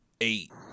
eight